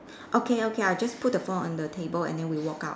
okay okay I'll just put the phone on the table and then we walk out